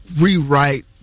rewrite